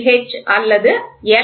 H அல்லது L